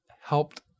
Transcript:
helped